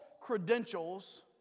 credentials